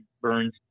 Burns